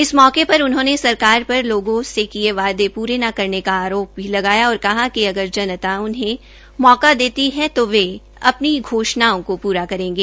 इस मौके पर उन्होंने सरकार पर लोगों से किए वायदे पूरे न करने का अरोप भी लगाया और कहा कि अगर जनता उन्हें मौका देती है तो वे अपनी घोषणाओं को पूरा करेंगे